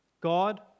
God